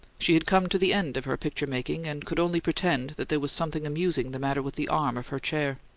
she had come to the end of her picture-making, and could only pretend that there was something amusing the matter with the arm of her chair.